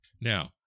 Now